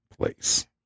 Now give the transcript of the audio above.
place